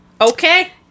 okay